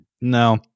No